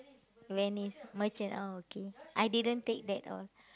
Venice Merchant oh okay I didn't take that all